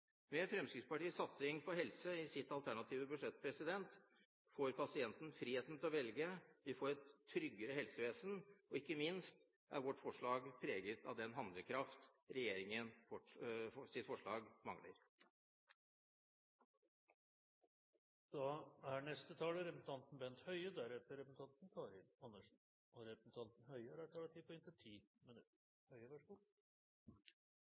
Med Fremskrittspartiets satsing på helse i sitt alternative budsjett får pasienten friheten til å velge, vi får et tryggere helsevesen, og ikke minst er vårt forslag preget av den handlekraft regjeringens forslag mangler. Pasientene er stort sett fornøyd med helsevesenet når de beskriver møte med dem som jobber der, men de sier også at de veldig ofte er misfornøyd med organiseringen. Det er en god diagnose på helsevesenet vårt. For